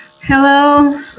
Hello